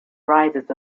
rises